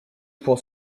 for